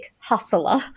hustler